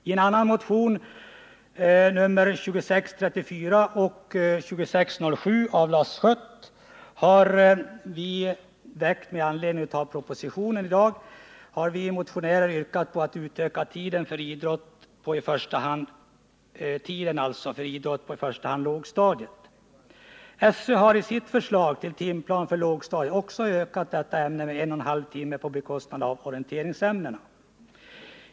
I andra motioner, nr 2634 och 2607, den senare av Lars Schött, väckta med anledning av propositionen, har vi motionärer yrkat på att tiden för idrott bör utökas i första hand för lågstadiet. SÖ hade i sitt förslag till timplan för lågstadiet ökat tiden för gymnastik och idrott med 1,5 veckotimmar på bekostnad av orienteringsämnena.